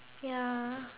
ya